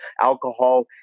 alcohol